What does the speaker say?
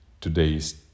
today's